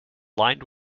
lined